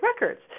Records